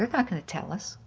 um not going to tell us.